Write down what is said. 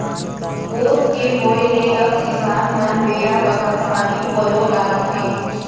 bore के होय ले अब किसान मन बेरा बखत पानी पलो डारथें